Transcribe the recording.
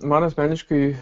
man asmeniškai